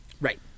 right